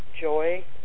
joy